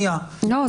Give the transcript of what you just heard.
לא.